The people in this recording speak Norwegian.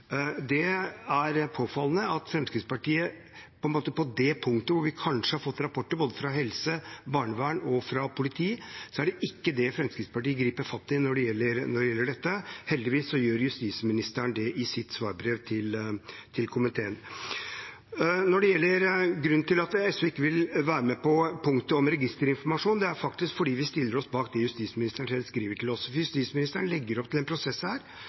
det ikke er dette, som vi har fått rapporter om både fra helsevesen, fra barnevern og fra politi, Fremskrittspartiet griper fatt i. Heldigvis gjør justisministeren det i sitt svarbrev til komiteen. Når det gjelder grunnen til at SV ikke vil være med på punktet om registerinformasjon, er det faktisk fordi vi stiller oss bak det justisministeren selv skriver til oss. Justisministeren legger her opp til en prosess